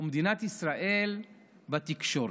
ומדינת ישראל בתקשורת.